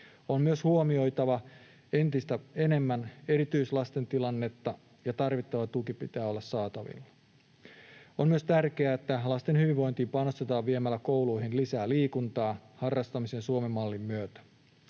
On myös huomioitava entistä enemmän erityislasten tilannetta, ja tarvittavan tuen pitää olla saatavilla. On myös tärkeää, että lasten hyvinvointiin panostetaan viemällä kouluihin lisää liikuntaa harrastamisen Suomen-mallin myötä.